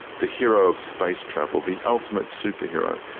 the hero of space travel, the ultimate superhero,